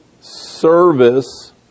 service